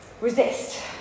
resist